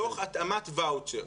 תוך התאמת וואוצ'ר.